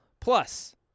plus